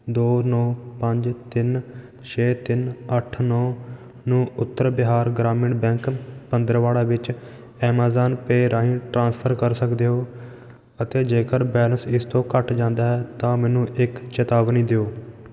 ਦੋ ਨੌ ਪੰਜ ਤਿੰਨ ਛੇ ਤਿੰਨ ਅੱਠ ਨੌ ਨੂੰ ਉੱਤਰ ਬਿਹਾਰ ਗ੍ਰਾਮੀਣ ਬੈਂਕ ਪੰਦਰਵਾੜਾ ਵਿੱਚ ਐਮਾਜ਼ਾਨ ਪੇ ਰਾਹੀਂ ਟ੍ਰਾਂਸਫਰ ਕਰ ਸਕਦੇ ਹੋ ਅਤੇ ਜੇਕਰ ਬੈਲੇਂਸ ਇਸ ਤੋਂ ਘੱਟ ਜਾਂਦਾ ਹੈ ਤਾਂ ਮੈਨੂੰ ਇੱਕ ਚੇਤਾਵਨੀ ਦਿਓ